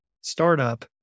startup